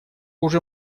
уже